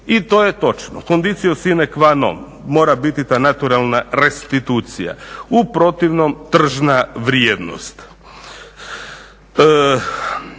I to je točno conditio sine qua non, mora biti ta naturalna restitucija u protivnom tržna vrijednost.